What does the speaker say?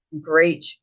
great